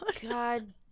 God